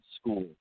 school